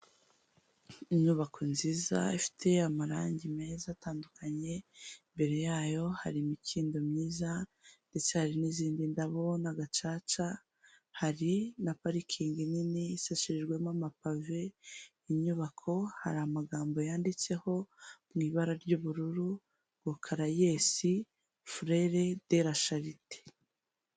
Inyubako nziza ifite y'amarangi meza atandukanye, imbere yayo hari imikindo myiza ndetse hari n'izindi ndabo n'agacaca, hari na parikingi nini, isashejwemo amapave, inyubako hari amagambo yanditseho mu ibara ry'ubururu ngo furere derasharite .